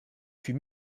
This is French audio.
fut